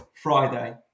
Friday